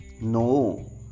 No